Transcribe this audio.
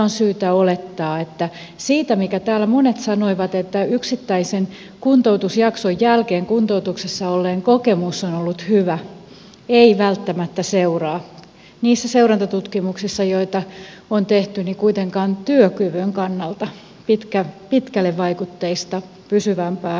on syytä olettaa että siitä mitä täällä monet sanoivat että yksittäisen kuntoutusjakson jälkeen kuntoutuksessa olleen kokemus on ollut hyvä ei välttämättä seuraa niissä seurantatutkimuksissa joita on tehty kuitenkaan työkyvyn kannalta pitkälle vaikutteista pysyvämpää vaikutusta